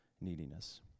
neediness